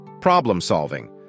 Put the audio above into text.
Problem-solving